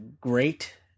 great